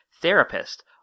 therapist